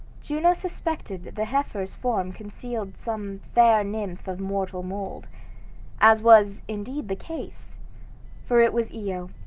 juno suspected the heifer's form concealed some fair nymph of mortal mould as was, indeed the case for it was io,